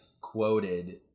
quoted